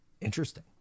Interesting